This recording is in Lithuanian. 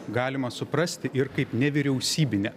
galima suprasti ir kaip nevyriausybinę